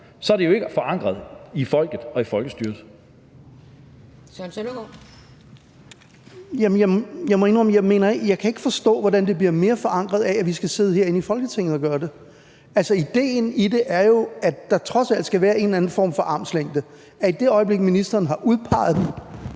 Kl. 11:49 Søren Søndergaard (EL): Jeg må indrømme, at jeg ikke kan forstå, hvordan det bliver mere forankret af, at vi skal sidde herinde i Folketinget og gøre det. Altså, idéen i det er jo, at der trods alt skal være en eller anden form for armslængde, altså at i det øjeblik, ministeren har udpeget dem,